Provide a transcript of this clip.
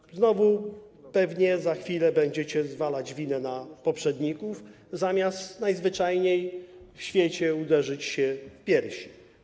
I znowu pewnie za chwilę będziecie zwalać winę na poprzedników, zamiast najzwyczajniej w świecie uderzyć się w piersi.